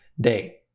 day